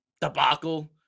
debacle